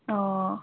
অঁ